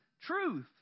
truth